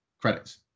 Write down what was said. Credits